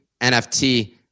NFT